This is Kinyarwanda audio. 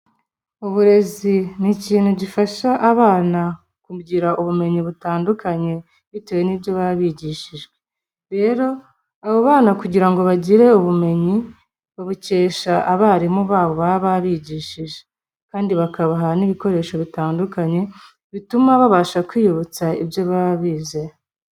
Uburezi ni ikintu gifasha abana kugira ubumenyi butandukanye bitewe n'ibyo bababigishijwe, rero abo bana kugira ngo bagire ubumenyi bukesha abarimu babo baba barigishije kandi bakabaha n'ibikoresho bitandukanye bituma babasha kwibutsa ibyo baba bize.